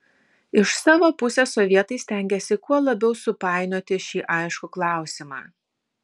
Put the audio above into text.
iš savo pusės sovietai stengėsi kuo labiau supainioti šį aiškų klausimą